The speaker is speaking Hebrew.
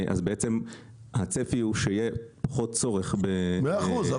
אז בעצם הצפי הוא שיהיה פחות צורך -- מאה אחוז,